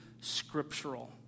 scriptural